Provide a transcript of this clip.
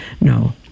No